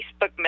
Facebook